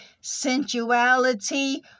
sensuality